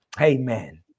Amen